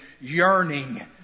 yearning